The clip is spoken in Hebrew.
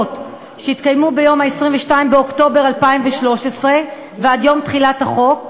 שהתקיימו ביום 22 באוקטובר 2013 ועד יום תחילת החוק,